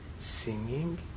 singing